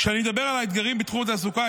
כשאני מדבר על האתגרים בתחום התעסוקה,